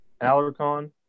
Alarcon